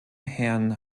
herrn